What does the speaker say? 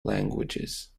languages